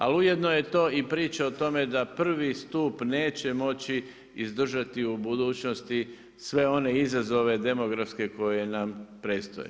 Ali ujednoje to i priča o tome da prvi stup neće moći izdržati u budućnosti sve one izazove demografske koje nam predstoje.